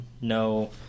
no